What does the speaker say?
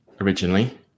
originally